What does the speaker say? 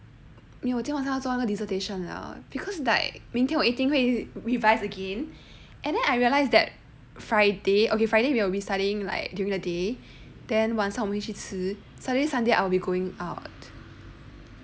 没有我今天晚上要做完那个 dissertation 了 because like 明天我一定会 revise again and then I realize that friday okay friday we will be studying like during the day then 晚上我们会去吃 saturday sunday I will be going out